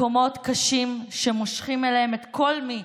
מקומות קשים שמושכים אליהם את כל מי